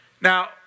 Now